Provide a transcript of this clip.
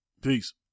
Peace